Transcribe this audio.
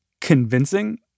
convincing